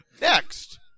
Next